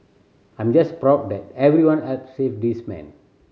I'm just proud that everyone helped save this man